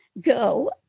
go